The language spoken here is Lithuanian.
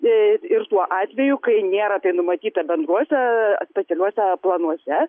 ir tuo atveju kai nėra tai numatyta bendruose specialiuose planuose